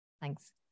Thanks